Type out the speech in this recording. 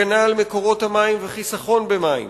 הגנה על מקורות מים וחיסכון במים